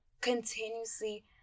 continuously